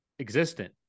existent